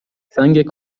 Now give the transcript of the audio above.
سنگ